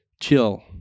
chill